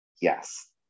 yes